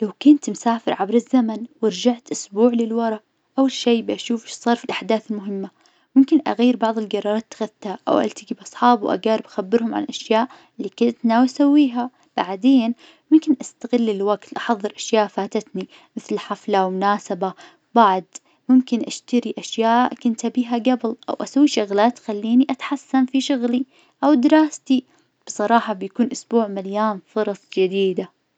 لو كنت مسافرة عبر الزمن ورجعت إسبوع للورا أول شي بشوف أيش صار في الأحداث المهمة ممكن أغير بعظ القرارات خدتها أو ألتقي بأصحاب وأقارب أخبرهم عن الأشياء اللي كنت ناوي أسويها، بعدين ممكن أستغل الوقت أحظر أشياء فاتتني مثل حفلة ومناسبة بعد ممكن أشتري أشياء كنت أبيها قبل، أو أسوي شغلات تخليني أتحسن في شغلي، أو دراستي. بصراحة بيكون إسبوع مليان فرص جديدة.